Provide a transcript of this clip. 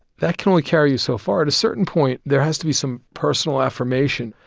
that can only carry you so far. at a certain point, there has to be some personal affirmation.